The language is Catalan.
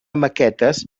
maquetes